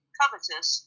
covetous